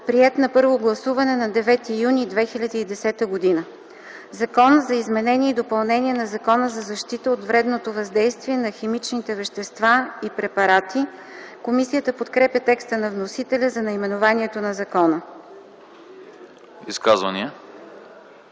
приет на първо гласуване на 9 юни 2010 г. „Закон за изменение и допълнение на Закона за защита от вредното въздействие на химичните вещества и препарати”. Комисията подкрепя текста на вносителя за наименованието на закона. ПРЕДСЕДАТЕЛ